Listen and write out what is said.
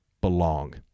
belong